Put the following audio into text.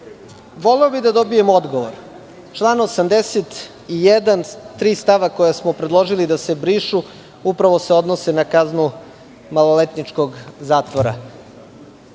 Hvala. Voleo bih da dobijem odgovor. Član 81, tri stava koja smo predložili da se brišu, upravo se odnose na kaznu maloletničkog zatvora.